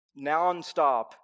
nonstop